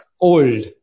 old